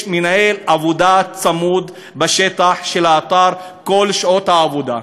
מנהל עבודה צמוד בשטח של האתר כל שעות העבודה,